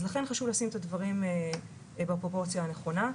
אז לכן חשוב לשים את הדברים בפרופורציה הנכונה.